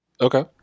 Okay